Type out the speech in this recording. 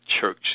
church